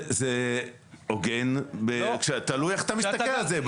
זה הוגן תלוי איך אתה מסתכל על זה בהוגנות.